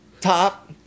top